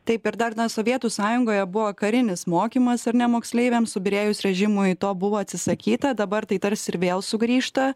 taip ir dar na sovietų sąjungoje buvo karinis mokymas ar ne moksleiviams subyrėjus režimui to buvo atsisakyta dabar tai tarsi ir vėl sugrįžta